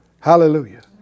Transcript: Hallelujah